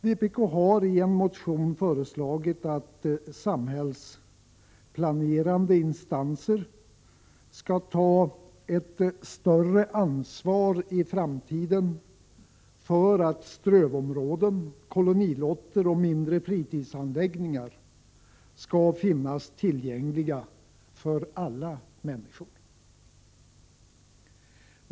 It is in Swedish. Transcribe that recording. Vpk har i en motion föreslagit att samhällsplanerande instanser skall ha ett större ansvar i framtiden för att strövområden, kolonilotter och mindre fritidsanläggningar skall finnas tillgängliga för alla människor.